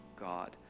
God